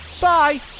Bye